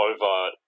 over